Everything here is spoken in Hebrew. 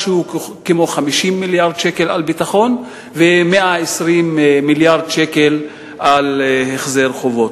משהו כמו 50 מיליארד שקל על ביטחון ו-120 מיליארד שקל על החזר חובות.